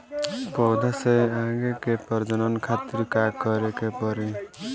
पौधा से आगे के प्रजनन खातिर का करे के पड़ी?